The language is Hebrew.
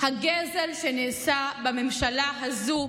הגזל שנעשה בממשלה הזאת.